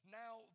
now